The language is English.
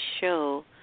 show